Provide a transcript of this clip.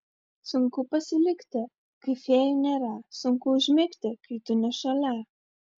sunku pasilikti kai fėjų nėra sunku užmigti kai tu ne šalia